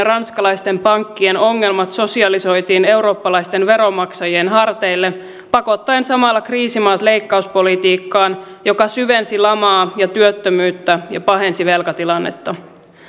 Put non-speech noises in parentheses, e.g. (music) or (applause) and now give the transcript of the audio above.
(unintelligible) ranskalaisten pankkien ongelmat sosialisoitiin eurooppalaisten veronmaksajien harteille pakottaen samalla kriisimaat leikkauspolitiikkaan joka syvensi lamaa ja työttömyyttä ja pahensi velkatilannetta